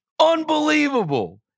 Unbelievable